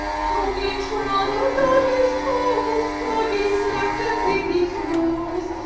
pony trod on doggy's toes, doggy snapped at piggy's nose,